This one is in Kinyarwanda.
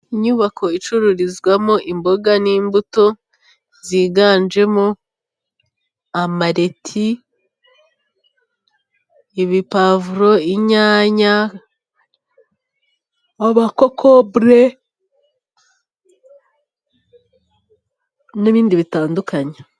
Inyubako icururizwamo imboga n'imbuto, ziganjemo amareti, ibipavuro, inyanya, amakokombure, n'ibindi bitandukanye.